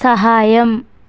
సహాయం